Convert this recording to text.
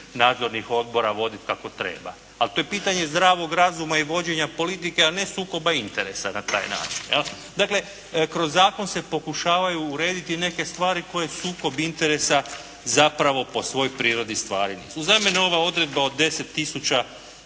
nadzornih odbora voditi kako treba. Ali to je pitanje zdravog razuma i vođenja politike, a ne sukoba interesa na taj način. Dakle, kroz zakon se pokušavaju urediti neke stvari koje sukob interesa zapravo po svoj prirodi stvari. Za mene je ova odredba od 10